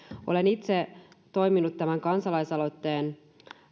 olen itse toiminut tämän kansalaisaloitteen